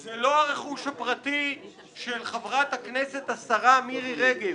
זה לא הרכוש הפרטי של חברת הכנסת השרה מירי רגב,